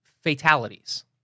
fatalities